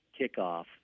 kickoff